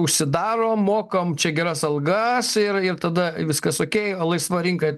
užsidarom mokame čia geras algas ir tada viskas okei laisva rinka